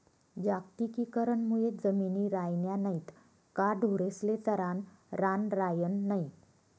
जागतिकीकरण मुये जमिनी रायन्या नैत का ढोरेस्ले चरानं रान रायनं नै